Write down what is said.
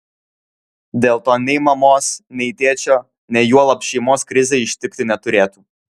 dėl to nei mamos nei tėčio nei juolab šeimos krizė ištikti neturėtų